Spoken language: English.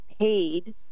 paid